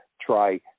try